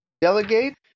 delegate